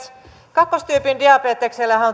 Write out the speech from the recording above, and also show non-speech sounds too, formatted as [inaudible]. kakkostyypin diabeteksellehan [unintelligible]